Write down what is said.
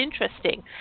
interesting